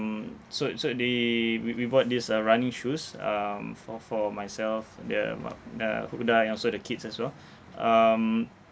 so uh so they we we bought these uh running shoes um for for myself the mum the who uh and also the kids as well um